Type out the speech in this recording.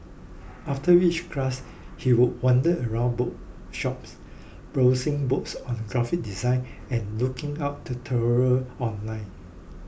after each class he would wander around bookshops browsing books on graphic design and looking up tutorials online